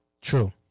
True